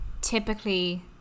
typically